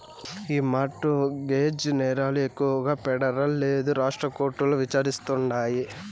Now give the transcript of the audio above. ఈ mortgage నేరాలు ఎక్కువగా పెడరల్ లేదా రాష్ట్ర కోర్టుల్ల విచారిస్తాండారు